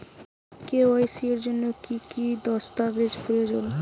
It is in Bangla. কে.ওয়াই.সি এর জন্যে কি কি দস্তাবেজ প্রয়োজন?